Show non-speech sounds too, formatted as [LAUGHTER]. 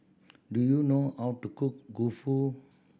do you know how to cook [UNINTELLIGIBLE]